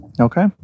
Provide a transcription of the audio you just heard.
Okay